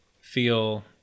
feel